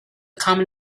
common